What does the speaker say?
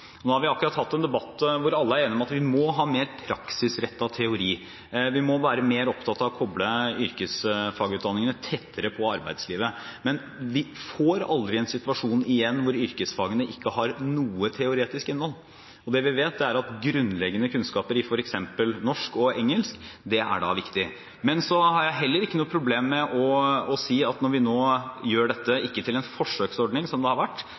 Nå har vi akkurat hatt en debatt der alle er enige om at vi må ha mer praksisrettet teori. Vi må være mer opptatt av å koble yrkesfagutdanningene tettere på arbeidslivet. Men vi får aldri en situasjon igjen der yrkesfagene ikke har noe teoretisk innhold. Det vi vet, er at grunnleggende kunnskaper i f.eks. norsk og engelsk er viktig. Jeg har heller ikke noe problem med å si at når vi nå gjør dette – ikke til en forsøksordning, som det har vært,